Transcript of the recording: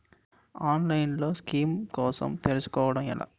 ఆన్లైన్లో స్కీమ్స్ కోసం తెలుసుకోవడం ఎలా?